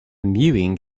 mewing